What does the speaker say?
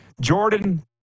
Jordan